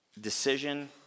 decision